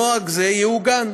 נוהג זה יעוגן,